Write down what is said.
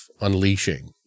unleashing